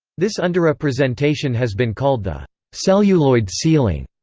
this underrepresentation has been called the celluloid ceiling,